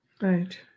Right